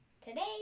today